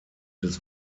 des